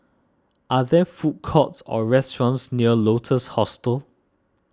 are there food courts or restaurants near Lotus Hostel